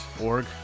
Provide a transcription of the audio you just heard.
org